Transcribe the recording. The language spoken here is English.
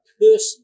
person